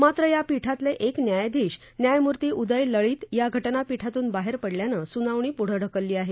मात्र या पीठातले एक न्यायाधीश न्यायमूर्ती उदय लळित या घटनापीठातून बाहेर पडल्यानं सुनावणी पुढं ढकलली आहे